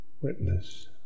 Witness